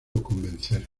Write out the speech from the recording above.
convencer